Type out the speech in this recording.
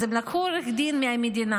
אז הם לקחו עורך דין מהמדינה,